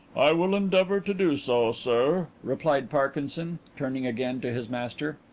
i will endeavour to do so, sir, replied parkinson, turning again to his master.